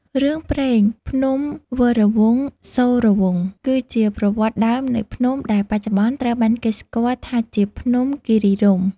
រឿងព្រេង ភ្នំវរវង្សសូរវង្ស គឺជាប្រវត្តិដើមនៃភ្នំដែលបច្ចុប្បន្នត្រូវបានគេស្គាល់ថាជា ភ្នំគិរីរម្យ។